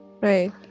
right